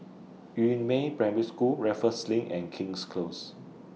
Yu Meng Primary School Raffles LINK and King's Close